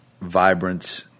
vibrance